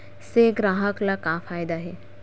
से ग्राहक ला का फ़ायदा हे?